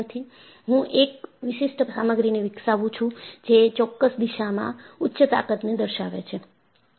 હું એક વિશિષ્ટ સામગ્રી ને વિકસાવું છું જે ચોક્કસ દિશામાં ઉચ્ચ તાકત ને દર્શાવે છે